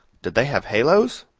did they have halos?